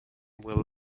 will